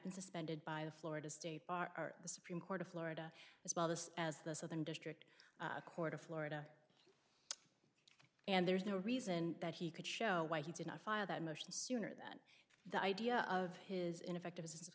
been suspended by the florida state bar the supreme court of florida as well this as the southern district court of florida and there's no reason that he could show why he did not file that motion sooner than the idea of his ineffective assis